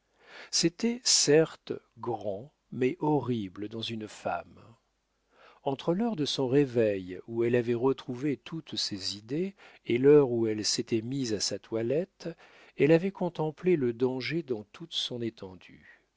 c'était certes grand mais horrible dans une femme entre l'heure de son réveil où elle avait retrouvé toutes ses idées et l'heure où elle s'était mise à sa toilette elle avait contemplé le danger dans toute son étendue